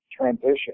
transition